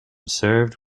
served